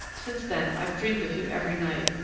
since then, i've dreamed of you every night.